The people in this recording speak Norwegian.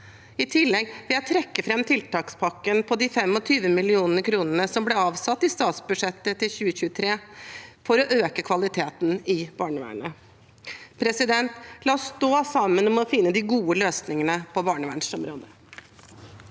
I tillegg vil jeg trekke fram tiltakspakken på 25 mill. kr som ble avsatt i statsbudsjettet for 2023 for å øke kvaliteten i barnevernet. La oss stå sammen om å finne de gode løsningene på barnevernsområdet.